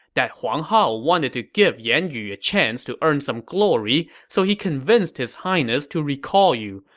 that huang hao wanted to give yan yu a chance to earn some glory, so he convinced his highness to recall you.